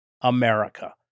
America